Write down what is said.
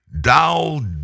Dow